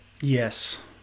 Yes